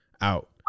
out